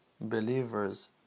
believers